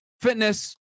fitness